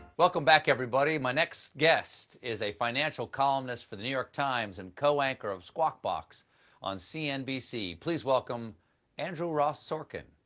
welcome back, everybody. my next guest is a financial columnist for the new york times and a co-anchor of squawk box on cnbc. please welcome andrew ross sorkin.